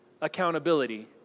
accountability